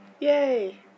Yay